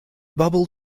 bubble